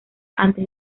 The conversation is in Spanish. antes